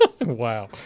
wow